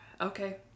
Okay